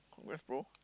congrats bro